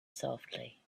softly